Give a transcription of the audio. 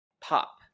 POP